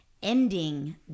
ending